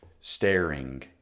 staring